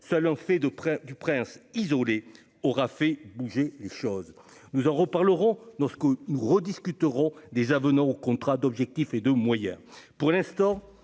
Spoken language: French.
seul en fait de près du prince isolé aura fait bouger les choses, nous en reparlerons, Moscou n'rediscuteront des avenants aux contrats d'objectifs et de moyens pour l'instant